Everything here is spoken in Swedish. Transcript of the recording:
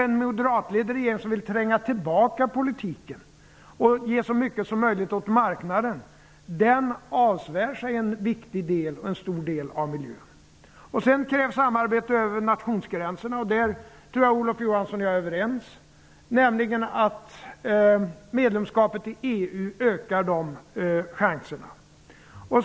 En moderatledd regering som vill tränga tillbaka politiken och överlämna så mycket som möjligt åt marknaden avsvär sig en stor och viktig del av miljön. Dessutom krävs det samarbete över nationsgränserna. Jag tror att Olof Johansson och jag är överens om att medlemskapet i EU ökar dessa chanser.